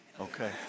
okay